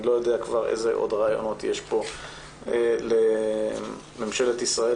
אני לא יודע כבר איזה עוד רעיונות יש פה לממשלת ישראל